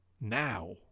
now